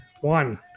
one